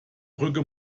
brücke